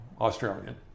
Australian